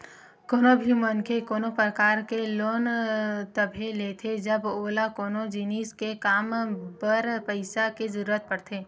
कोनो भी मनखे कोनो परकार के लोन तभे लेथे जब ओला कोनो जिनिस के काम बर पइसा के जरुरत पड़थे